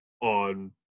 on